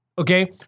Okay